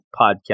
podcast